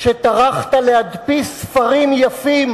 שטרחת להדפיס ספרים יפים